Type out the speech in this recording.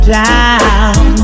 down